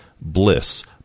Bliss